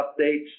updates